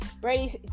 Brady